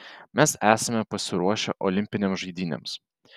mes esame pasiruošę olimpinėms žaidynėms